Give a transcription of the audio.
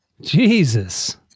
Jesus